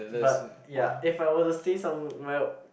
but ya if I were to stay somewhere